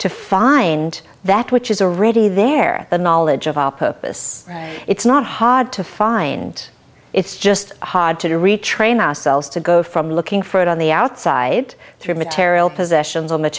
to find that which is already there the knowledge of our purpose it's not hard to find it's just hard to retrain ourselves to go from looking for it on the outside through material possessions on the